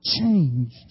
changed